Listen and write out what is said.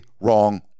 wrong